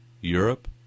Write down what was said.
Europe